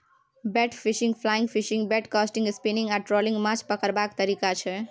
bait fishing, fly fishing, bait casting, spinning आ trolling माछ पकरबाक तरीका छै